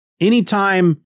anytime